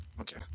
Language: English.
okay